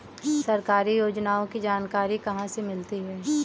सरकारी योजनाओं की जानकारी कहाँ से मिलती है?